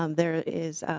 um there is